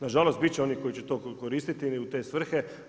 Na žalost, bit će onih koji će to koristiti u te svrhe.